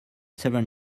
seven